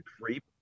creep